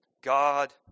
God